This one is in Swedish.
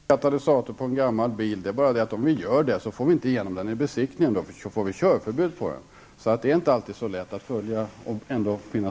Herr talman! Jag tycker att vi tar vårt ansvar. Det är många som vill sätta in en katalysator i en gammal bil. Men om de gör det går inte bilen igenom besiktningen. Då blir det körförbud på bilen. Det är inte alltid så lätt att följa reglerna.